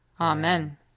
Amen